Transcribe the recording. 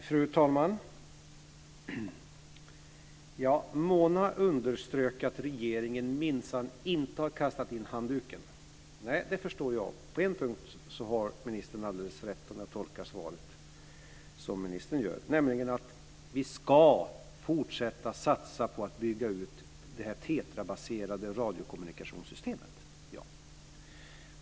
Fru talman! Mona underströk att regeringen minsann inte har kastat in handduken. Nej, det förstår jag. På en punkt har ministern alldeles rätt, om jag tolkar svaret som ministern gör, nämligen att vi ska fortsätta satsa på att bygga ut det här TETRA-baserade radiokommunikationssystemet.